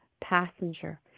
passenger